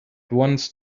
once